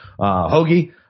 Hoagie